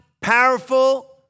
powerful